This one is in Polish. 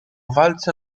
walce